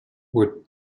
were